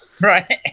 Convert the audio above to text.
Right